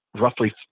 roughly